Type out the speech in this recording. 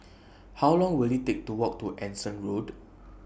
How Long Will IT Take to Walk to Anson Road